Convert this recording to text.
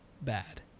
bad